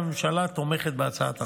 הממשלה תומכת בהצעת החוק.